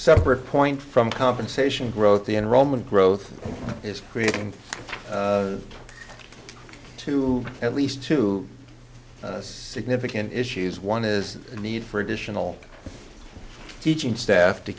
separate point from compensation growth the enrollment growth is creating two at least two significant issues one is the need for additional teaching staff to